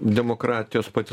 demokratijos pati